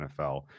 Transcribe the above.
NFL